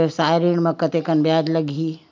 व्यवसाय ऋण म कतेकन ब्याज लगही?